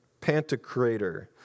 Pantocrator